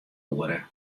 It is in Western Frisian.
oere